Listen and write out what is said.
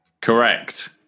Correct